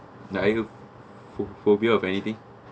ya I know phobia of anything